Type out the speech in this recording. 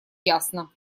ясно